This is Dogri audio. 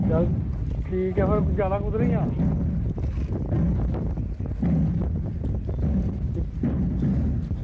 चल ठीक ऐ फिर जाना कुद्धरै ऐं